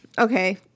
Okay